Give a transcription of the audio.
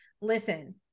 listen